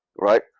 Right